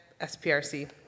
SPRC